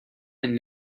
aunt